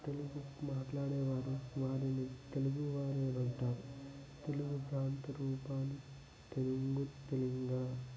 తెలుగు మాట్లాడే వారి వారిని తెలుగువారు అని అంటారు తెలుగు ప్రాంత రూపాన్ని తెలుగు తేంగా